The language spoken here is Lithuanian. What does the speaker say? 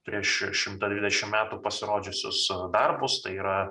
prieš šimtą dvidešim metų pasirodžiusius darbus tai yra